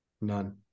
None